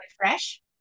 fresh